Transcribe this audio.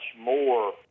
more